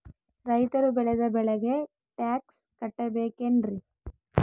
ರೈತರು ಬೆಳೆದ ಬೆಳೆಗೆ ಟ್ಯಾಕ್ಸ್ ಕಟ್ಟಬೇಕೆನ್ರಿ?